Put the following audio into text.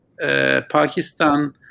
pakistan